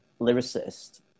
lyricist